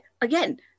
again